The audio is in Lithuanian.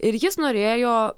ir jis norėjo